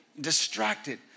distracted